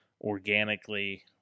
organically